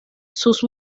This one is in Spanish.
sus